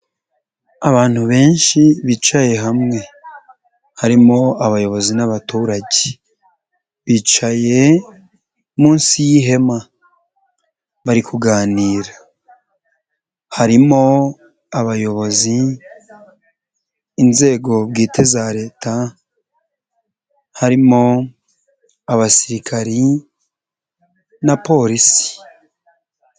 Abantu benshi bicaye hamwe harimo abayobozi n'abaturage bicaye munsi y'ihema bari kuganira, harimo abayobozi, inzego bwite za leta, harimo abasirikari n'abapolisi.